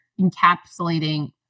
encapsulating